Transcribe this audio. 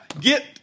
Get